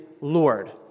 Lord